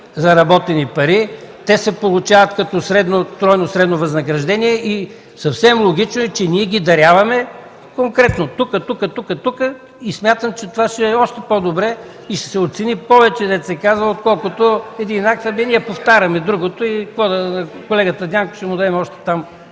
заработени пари, те се получават като тройно средно възнаграждение и съвсем логично е, че ние ги даряваме конкретно – тука, тука и тука. Смятам, че това ще е още по-добре и ще се оцени повече, дето се казва, отколкото един акт, с който ние повтаряме другото – на колегата Дянков там ще му дадем още 5-6